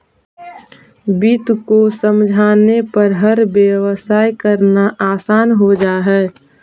वित्त को समझने पर हर व्यवसाय करना आसान हो जा हई